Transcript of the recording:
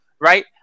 right